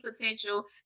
potential